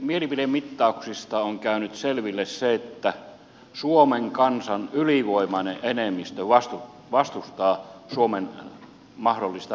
mielipidemittauksista on käynyt selville se että suomen kansan ylivoimainen enemmistö vastustaa suomen mahdollista nato jäsenyyttä